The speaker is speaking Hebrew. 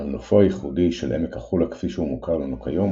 אולם נופו הייחודי של עמק החולה כפי שהוא מוכר לנו כיום